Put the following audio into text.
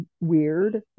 weird